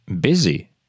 busy